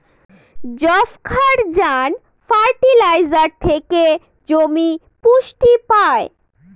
যবক্ষারজান ফার্টিলাইজার থেকে জমি পুষ্টি পায়